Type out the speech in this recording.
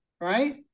right